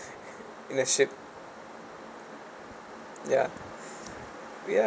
in a ship ya ya